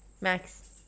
max